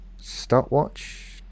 stopwatch